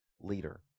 leader